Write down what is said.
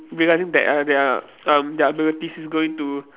realising that uh their um their abilities is going to